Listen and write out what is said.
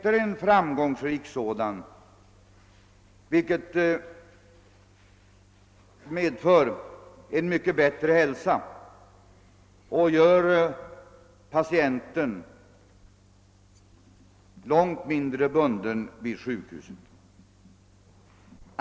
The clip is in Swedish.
En framgångsrik sådan medför mycket bättre hälsa och gör patienten långt mindre bunden vid sjukhuset.